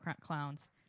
clowns